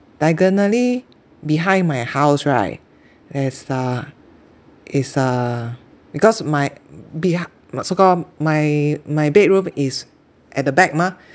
diagonally behind my house right there's a is a because my behi~ so call my my bedroom is at the back mah